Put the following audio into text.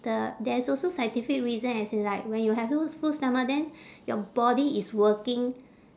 the there's also scientific reason as in like when you have full full stomach then your body is working